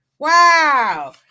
Wow